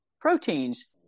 proteins